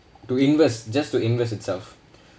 to invest just to invest itself